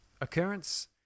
occurrence